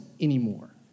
anymore